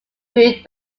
food